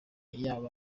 yaba